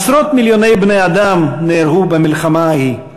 עשרות מיליוני בני-אדם נהרגו במלחמה ההיא,